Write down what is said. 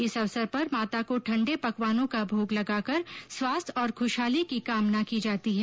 इस अवसर पर माता को ठण्डे पकवानों का भोग लगाकर स्वास्थ्य और खूशहाली की कामना की जाती है